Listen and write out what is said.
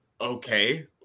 okay